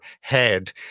head